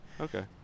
Okay